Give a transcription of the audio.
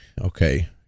okay